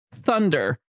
thunder